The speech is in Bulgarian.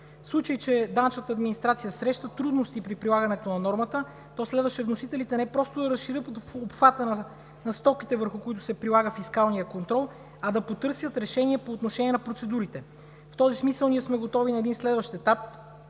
случай че данъчната администрация среща трудности при прилагането на нормата, то следваше вносителите не просто да разширят обхвата на стоките, върху които се прилага фискалният контрол, а да потърсят решение по отношение на процедурите. В този смисъл ние сме готови на следващ етап